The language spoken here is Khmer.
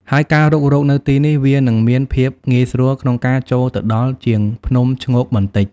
ហើយការរុករកនៅទីនេះវានឹងមានភាពងាយស្រួលក្នុងការចូលទៅដល់ជាងភ្នំឈ្ងោកបន្តិច។